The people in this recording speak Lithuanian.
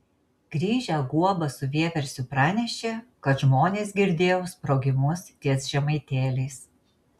grįžę guoba su vieversiu pranešė kad žmonės girdėjo sprogimus ties žemaitėliais